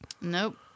Nope